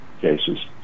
cases